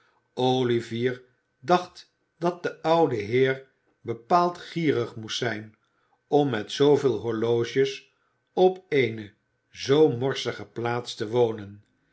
olivier dacht dat de oude heer bepaald gierig moest zijn om met zooveel horloges op eene zoo morsige plaats te wonen